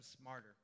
smarter